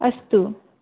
अस्तु